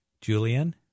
Julian